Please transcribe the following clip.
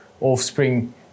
offspring